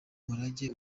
umurage